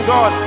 God